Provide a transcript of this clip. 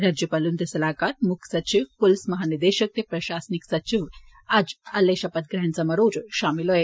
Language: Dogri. राज्यपाल हुंदे सलाह्कार मुक्ख सचिव पुलस महानिदेशक ते प्रशासनिक सचिव अज्जै आले शपथ ग्रैहण समारोह् च शामल हे